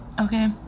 Okay